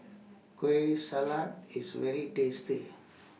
Kueh Salat IS very tasty